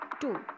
two